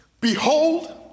Behold